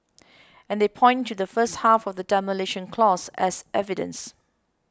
and they point to the first half of the Demolition Clause as evidence